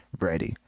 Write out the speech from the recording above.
ready